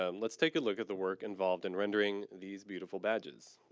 ah let's take a look at the work involved in rendering these beautiful badges.